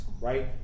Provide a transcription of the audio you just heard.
right